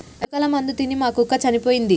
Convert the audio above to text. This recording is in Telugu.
ఎలుకల మందు తిని మా కుక్క చనిపోయింది